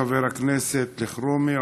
חבר הכנסת אלחרומי,